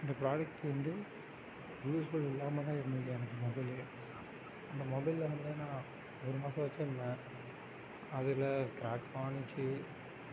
இந்த ஃப்ராடக்ட்டு வந்து யூஸ்ஃபுல் இல்லாமல் தான் இருந்தது எனக்கு இந்த மொபைல் அந்த மொபைலில் வந்து நான் ஒரு மாதம் வச்சுருந்தேன் அதில் கிராக்கும் ஆகிச்சி